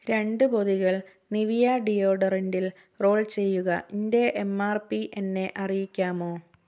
രണ്ട് പൊതികൾ നിവിയാ ഡിയോഡറെൻറ്റിൽ റോൾ ചെയ്യുക എന്റെ എം ആർ പി എന്നെ അറിയിക്കാമോ